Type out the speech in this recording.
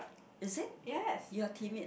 yes